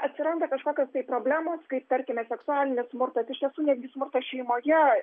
atsiranda kažkokios problemos kaip tarkime seksualinis smurtas iš tiesų netgi smurtas šeimoje